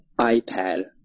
iPad